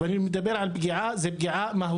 ואני מדבר על פגיעה מהותית.